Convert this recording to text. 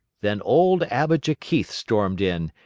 then old abijah keith stormed in,